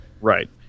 Right